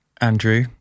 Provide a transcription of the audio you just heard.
Andrew